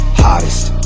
hottest